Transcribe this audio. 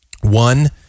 One